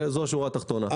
זו השורה התחתונה.